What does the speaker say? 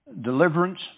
deliverance